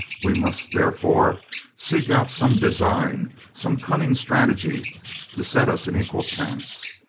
we must therefore seek out some design, some cunning strategy to set us an equal chance.